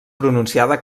pronunciada